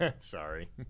Sorry